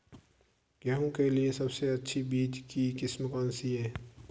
गेहूँ के लिए सबसे अच्छी बीज की किस्म कौनसी है?